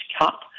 Cup